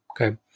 okay